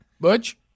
butch